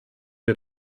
wir